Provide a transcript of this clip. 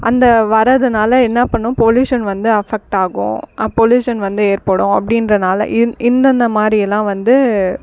அந்த வரதுனால் என்ன பண்ணும் பொலியூஷன் வந்து அபெஃக்ட் ஆகும் அ பொலியூஷன் வந்து ஏற்படும் அப்படின்றனால இந் இந்தெந்த மாதிரிலாம் வந்து